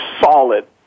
solid